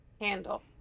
handle